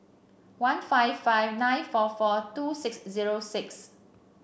one five five nine four four two six zero six